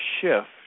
shift